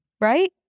Right